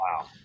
Wow